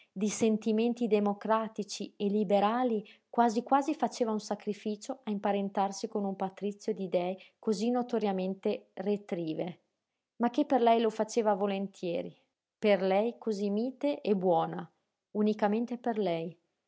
di sentimenti democratici e liberali quasi quasi faceva un sacrificio a imparentarsi con un patrizio d'idee cosí notoriamente retrive ma che per lei lo faceva volentieri per lei cosí mite e buona unicamente per lei